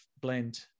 blend